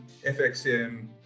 FXM